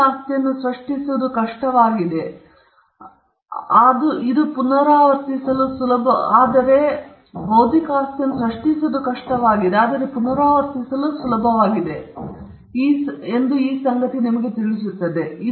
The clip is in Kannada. ಬೌದ್ಧಿಕ ಆಸ್ತಿಯನ್ನು ಸೃಷ್ಟಿಸುವುದು ಕಷ್ಟವಾಗಿದ್ದರೂ ಇದು ಪುನರಾವರ್ತಿಸಲು ಸುಲಭವಾಗಿದೆ ಎಂದು ಈ ಎಲ್ಲಾ ಸಂಗತಿಗಳು ನಮಗೆ ತಿಳಿಸುತ್ತವೆ